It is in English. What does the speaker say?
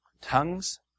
Tongues